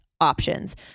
options